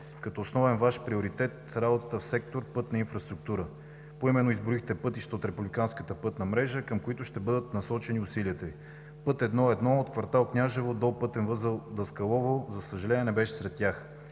като основен Ваш приоритет работата в сектор „Пътна инфраструктура“. Поименно изброихте пътищата от републиканската пътна мрежа, към които ще бъдат насочени усилията Ви. Път I-1 от кв. „Княжево“ до пътен възел „Даскалово“, за съжаление, не беше сред тях.